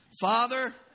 Father